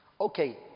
Okay